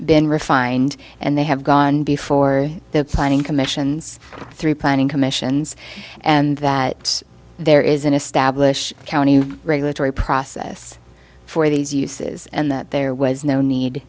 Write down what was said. been refined and they have gone before the planning commission's three planning commissions and that there is an established county regulatory process for these uses and that there was no need